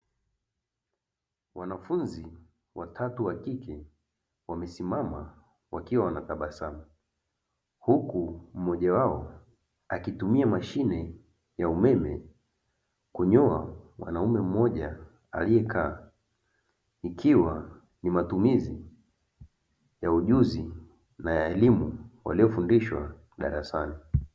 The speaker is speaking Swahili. Wanafunzi watatu wa kike wamesimama wakiwa wanatabasamu huku mmoja wao akitumia mashine ya umeme kunyoa mwanaume mmoja aliye kaa ikiwa ni matumizi ya ujuzi na ya elimu waliofundishwa darasani.